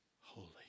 holy